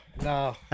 No